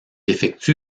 effectue